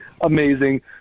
amazing